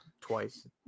twice